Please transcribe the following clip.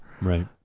Right